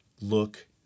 look